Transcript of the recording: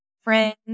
friends